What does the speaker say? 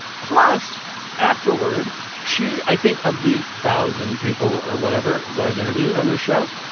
plus afterword she i think of the thousand people or whatever that i've interviewed on this show,